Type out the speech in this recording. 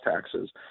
taxes